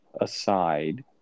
aside